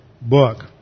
book